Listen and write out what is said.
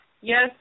yes